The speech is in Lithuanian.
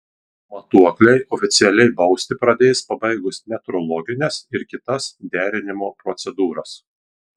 matuokliai oficialiai bausti pradės pabaigus metrologines ir kitas derinimo procedūras